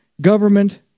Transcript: government